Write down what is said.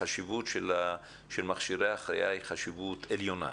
החשיבות של מכשירי ההחייאה היא חשיבות עליונה.